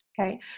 Okay